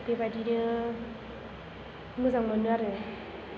बेबायदिनो मोजां मोनो आरो